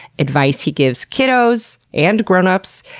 advice he gives kiddos and grown-ups,